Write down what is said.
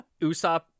Usopp